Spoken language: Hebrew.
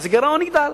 אז הגירעון יגדל.